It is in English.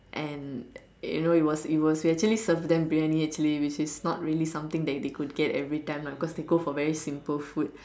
and you know it was it was we actually served them Briyani actually which is not really something that they could get every time lah because they go for very simple food